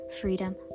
freedom